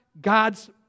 God's